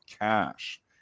cash